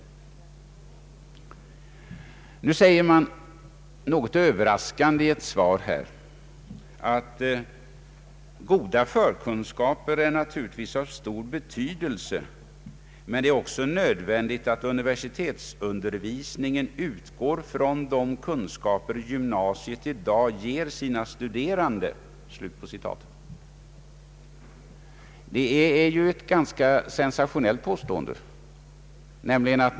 I svaret sägs något överraskande: ”Goda förkunskaper är naturligtvis av stor betydelse, men det är också nödvändigt att universitetsundervisningen utgår från de kunskaper gymnasiet i dag ger sina studerande.” Det är ett ganska sensationellt påstående.